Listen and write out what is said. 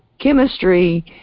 chemistry